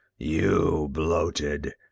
you bloated.